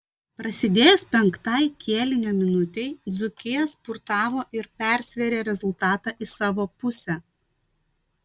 prasidėjus penktai kėlinio minutei dzūkija spurtavo ir persvėrė rezultatą į savo pusę